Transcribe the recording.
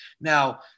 Now